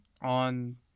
on